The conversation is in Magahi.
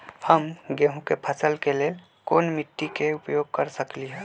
हम गेंहू के फसल के लेल कोन मिट्टी के उपयोग कर सकली ह?